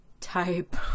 type